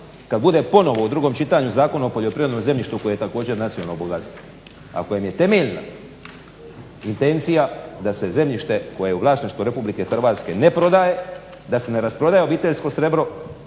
kad bude ponovno u drugom čitanju Zakon o poljoprivrednom zemljištu koje je također nacionalno bogatstvo, a kojem je temeljna intencija da se zemljište koje je u vlasništvu RH ne prodaje, da se ne rasprodaje obiteljsko srebro